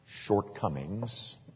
shortcomings